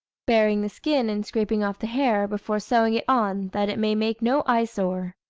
burying the skin and scraping off the hair, before sewing it on, that it may make no eyesore.